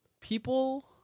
People